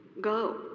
go